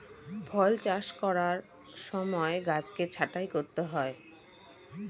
ফল চাষ করার সময় গাছকে ছাঁটাই করতে হয়